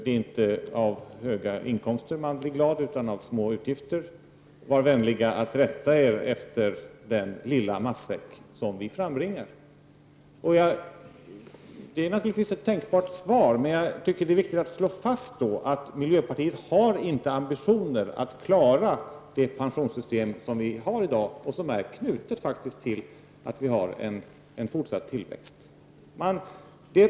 Det är inte av stora inkomster man blir glad utan av små utgifter. Var vänliga att rätta er efter den lilla matsäck som vi frambringar! Det är naturligtvis ett tänkbart svar, men jag tycker då att det är viktigt att slå fast att miljöpartiet inte har ambitioner att klara det pensionssystem som vi har i dag och som faktiskt är knutet till en fortsatt tillväxt.